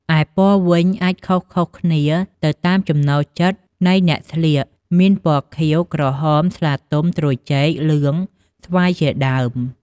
ឯពណ៌វិញអាចខុសៗគ្នាទៅតាមចំណូលចិត្តនៃអ្នកស្លៀក មានពណ៌ខៀវ, ក្រហម, ស្លាទុំ, ត្រួយចេក, លឿង, ស្វាយ ជាដើម។